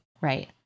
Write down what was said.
Right